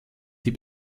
die